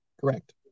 Correct